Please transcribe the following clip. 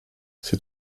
ces